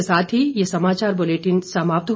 इसी के साथ ये समाचार बुलेटिन समाप्त हुआ